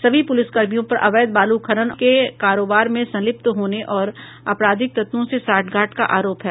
सभी पूलिसकर्मियों पर अवैध बालू खनन और गिट्टी के कारोबार में संलिप्त होने और आपराधिक तत्वों से सांठगांठ का आरोप है